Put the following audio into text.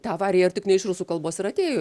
ta avarija ar tik ne iš rusų kalbos ir atėjo